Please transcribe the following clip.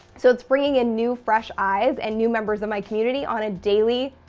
so it's bringing in new fresh eyes and new members of my community on a daily,